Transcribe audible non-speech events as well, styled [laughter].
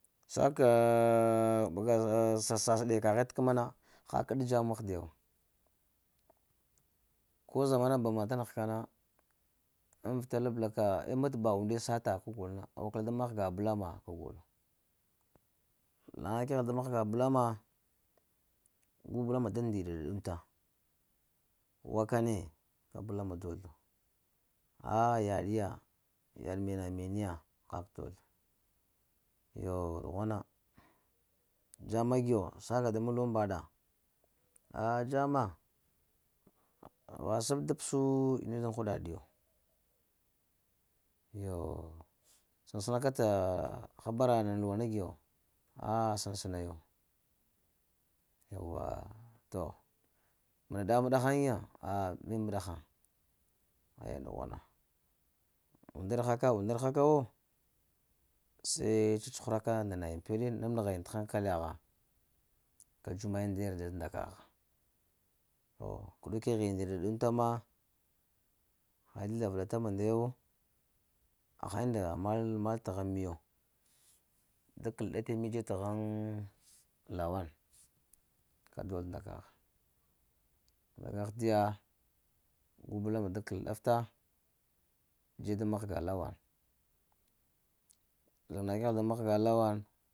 Sa kaahh bəga zəh sassa sas ɗe kaghe t’ kəma na hal kəɗ dzama ahde wo. Ko zamana bama ta nəgh ka na, ŋ vita labla ka m matba unde sata kagol na awa kəla da mahga bəlama kagol. Laŋa kəghel da mahga bəlama, gu bəlama da ndi-ɗa-ɗa-ɗunta, waka ne, ka bulama dozlo [hesitation] yaɗiya yaɗ mena-men ya kaka dozlo, yooh ɗughwana eyo dzama giyo sa ka da mulwaŋ mbaɗa, [hesitation] dzama, va sab da p'suu ina daŋ huɗa ɗi yo. eyo səŋsəna ka t’ habara nana luwa na giyo? [hesitation] sən səna yo yawa to, məɗa-ɗa məɗa haŋa ah miməɗa haŋ aya dughwana under haka undar haka wo se cacuhura ka nda nayiŋ peɗe, nab nəgha yiŋ t’ hankala gha, ka dzuwa mayiŋ da yarda ta nda kagha. oh kuɗe kəgh yiŋ ndi-ɗa-ɗunta ma, ha yiŋ da zlava-ɗa-ta mande wo, ha unda mal mal tahaŋ miyo, da kəla ɗa ta miyo da təhaŋ ŋ, lawan, kagol nda kagha, daga ahdiya, gu bulam da kəla ɗafta dzeɗ da mahga lawan laŋga ɗa keghel da mahga lawan.